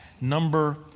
number